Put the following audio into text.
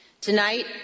Tonight